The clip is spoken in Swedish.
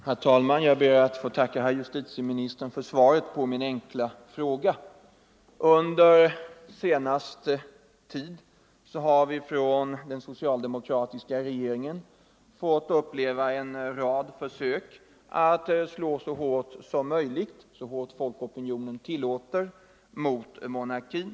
Ang. borttagande Herr talman! Jag ber att få tacka herr justitieministern för svaret på — av prefixet ”Kung min enkla fråga. lig” i namnet på Under senare tid har vi från den socialdemokratiska regeringen fått = statliga myndigheuppleva en rad försök att slå så hårt som opinionen tillåter mot monarkin.